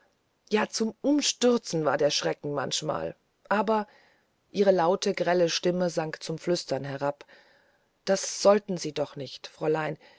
ja zum umstürzen war der schreck allemal aber ihre laute grelle stimme sank zum flüstern herab das sollten sie doch nicht fräulein